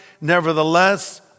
Nevertheless